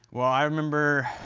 well, i remember.